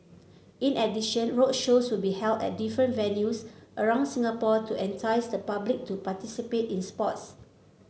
in addition roadshows will be held at different venues around Singapore to entice the public to participate in sports